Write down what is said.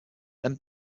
then